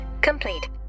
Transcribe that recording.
complete